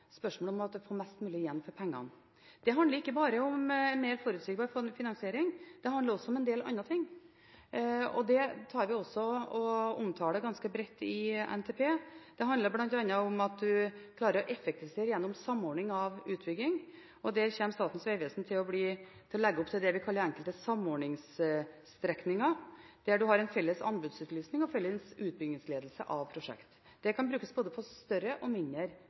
spørsmålet om å få mest mulig igjen for pengene. Det handler ikke bare om mer forutsigbar finansiering, det handler også om en del andre ting, og det omtaler vi også ganske bredt i NTP. Det handler bl.a. om at en klarer å effektivisere gjennom samordning av utbygging. Statens vegvesen kommer til å legge opp til enkelte samordningsstrekninger, som vi kaller det, der en har en felles anbudsutlysning og utbyggingsledelse av prosjekter. Det kan brukes både for større og for mindre